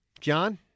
John